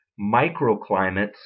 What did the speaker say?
microclimates